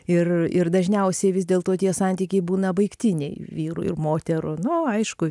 ir ir dažniausiai vis dėlto tie santykiai būna baigtiniai vyrų ir moterų nu aišku